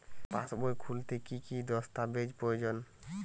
পাসবই খুলতে কি কি দস্তাবেজ প্রয়োজন?